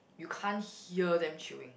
you can't hear them chewing